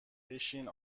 بشین